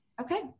Okay